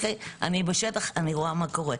אני רואה מה קורה.